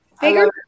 bigger